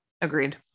Agreed